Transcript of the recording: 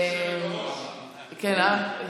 היושבת-ראש,